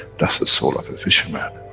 that's the soul of a fisherman,